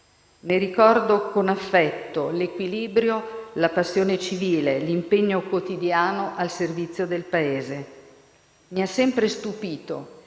Ne ricordo con affetto l'equilibrio, la passione civile, l'impegno quotidiano al servizio del Paese. Mi ha sempre stupito